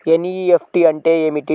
NEFT అంటే ఏమిటి?